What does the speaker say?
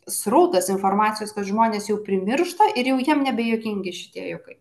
srautas informacijos kad žmonės jau primiršta ir jau jam nebejuokingi šitie juokai